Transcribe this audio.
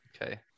Okay